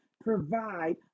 provide